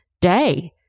day